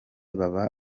baba